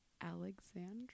Alexandra